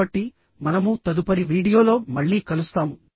కాబట్టి మనము తదుపరి వీడియోలో మళ్లీ కలుస్తాము